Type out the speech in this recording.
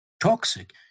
toxic